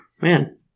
man